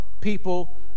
people